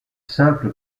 simple